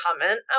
comment